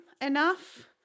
enough